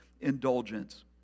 indulgence